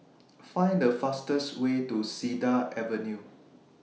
Find The fastest Way to Cedar Avenue